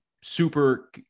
super